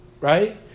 right